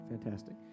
fantastic